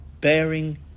bearing